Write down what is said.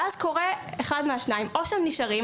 ואז קורה אחד מהשניים: או שהם נשארים